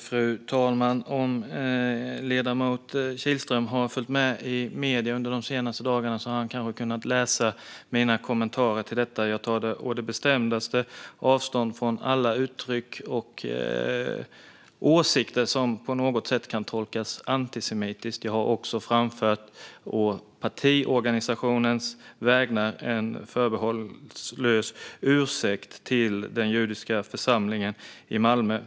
Fru talman! Om ledamoten Kihlström har följt med i medierna under de senaste dagarna har han kanske kunnat läsa mina kommentarer till detta. Jag tar å det bestämdaste avstånd från alla uttryck och åsikter som på något sätt kan tolkas som antisemitiska. Jag har också å partiorganisationens vägnar framfört en förbehållslös ursäkt till den judiska församlingen i Malmö.